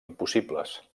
impossibles